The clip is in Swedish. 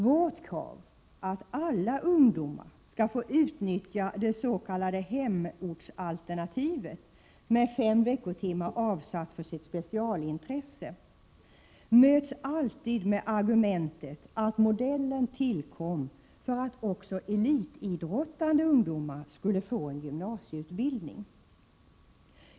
Vårt krav på att alla ungdomar skall få utnyttja det s.k. hemortsalternativet, med fem veckotimmar avsatta för ett specialintresse, möts alltid med argumentet att den modellen tillkom för att också elitidrottande ungdomar skulle få gymnasieutbildning.